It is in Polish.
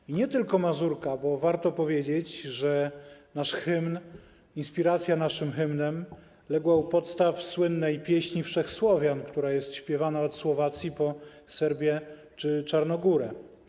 I nie tylko Mazurka, bo warto powiedzieć, że nasz hymn, inspiracja naszym hymnem legła u podstaw słynnej pieśni Wszechsłowian, która jest śpiewana od Słowacji po Serbię czy Czarnogórę.